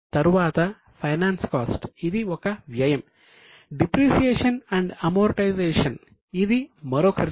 తర్వాత finance cost ఇది మరో ఖర్చు